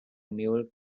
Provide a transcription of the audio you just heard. mule